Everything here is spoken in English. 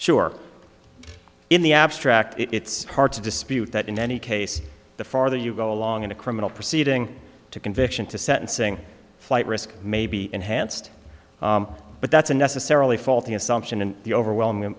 sure in the abstract it's hard to dispute that in any case the farther you go along in a criminal proceeding to conviction to sentencing flight risk may be enhanced but that's a necessarily faulty assumption in the overwhelming